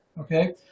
okay